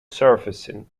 surfacing